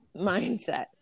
mindset